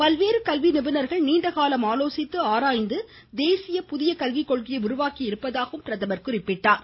பல்வேறு கல்வி நிபுணர்கள் நீண்ட காலம் ஆலோசித்து ஆராய்ந்து தேசிய புதியக் கல்விக் கொள்கையை உருவாக்கி இருப்பதாகவும் பிரதமர் குறிப்பிட்டார்